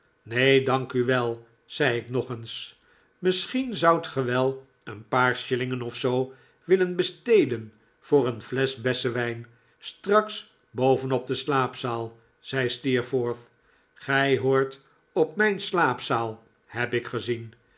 neen dank u wel zei ik nog eens misschien zoudt ge wel een paar shillingen of zoo willen besteden voor een flesch bessenwijn straks boven op de slaapzaal zei steerforth gij hoort op mijn slaapzaal heb ik gezien